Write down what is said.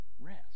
rest